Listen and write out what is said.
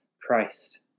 Christ